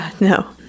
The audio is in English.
no